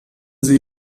sie